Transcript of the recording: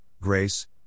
grace